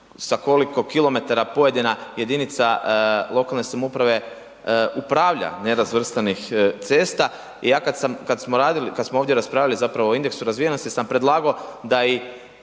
sa koliko kilometara pojedina jedinica lokalne samouprave upravlja nerazvrstanih cesta, ja kad smo radili kad smo ovdje raspravljali zapravo i indeksu razvijenosti sam predlagao da i